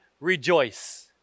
rejoice